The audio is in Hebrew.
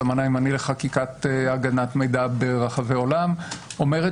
הסממן הימני לחקיקת הגנת מידע ברחבי העולם אומרת